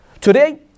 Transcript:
Today